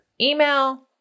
Email